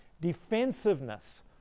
defensiveness